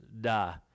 die